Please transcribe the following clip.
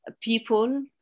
people